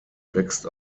wächst